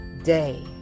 day